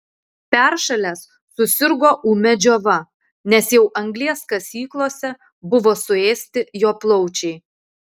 peršalęs susirgo ūmia džiova nes jau anglies kasyklose buvo suėsti jo plaučiai